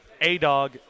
A-Dog